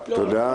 תודה.